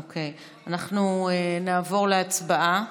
אוקיי, אנחנו נעבור להצבעה.